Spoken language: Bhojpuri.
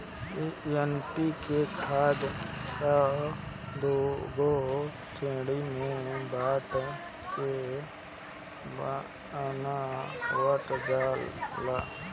एन.पी.के खाद कअ दूगो श्रेणी में बाँट के बनावल जाला